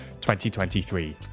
2023